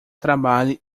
trabalhe